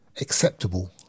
acceptable